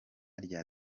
rya